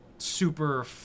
super